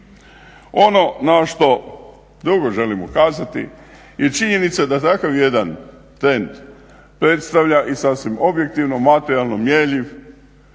Ono na što drugo želim ukazati je činjenica da takav jedan trend predstavlja i sasvim objektivno materijalno mjerljiv